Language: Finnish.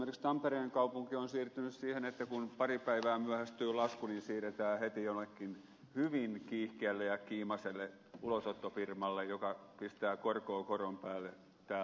esimerkiksi tampereen kaupunki on siirtynyt siihen että kun pari päivää myöhästyy lasku niin se siirretään heti jollekin hyvin kiihkeälle ja kiimaiselle ulosottofirmalle joka pistää korkoa koron päälle tähän laskuun